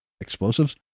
explosives